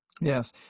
Yes